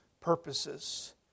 purposes